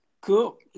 Cool